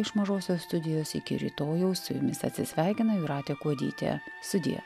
iš mažosios studijos iki rytojaus su jumis atsisveikina jūratė kuodytė sudie